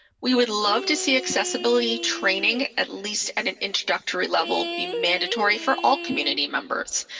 we would love to see accessibility training at least at an introductory level be mandatory for all community members.